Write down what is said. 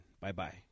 Bye-bye